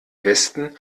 westen